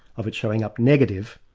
of it showing up negative,